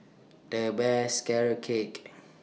The Best Carrot Cake